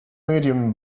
medium